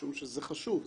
משום שזה חשוב.